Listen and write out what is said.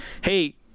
Hey